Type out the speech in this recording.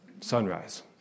Sunrise